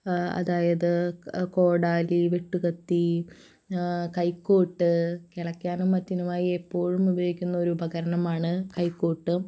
അതായത് കോടാലി വെട്ട് കത്തി കൈക്കോട്ട് കിളക്കാനും മറ്റിനുമായി എപ്പോഴും ഉപയോഗിക്കുന്ന ഒരു ഉപകരണമാണ് കൈക്കോട്ട്